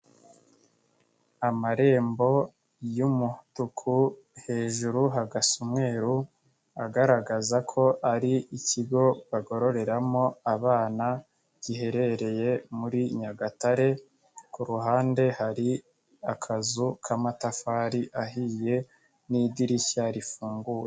Amarembo y'umutuku hejuru hagasa umweru agaragaza ko ari ikigo bagororeramo abana giherereye muri Nyagatare, ku ruhande hari akazu k'amatafari ahiye n'idirishya rifunguye.